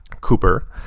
Cooper